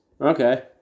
Okay